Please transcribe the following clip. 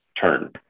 turn